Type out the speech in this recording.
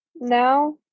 now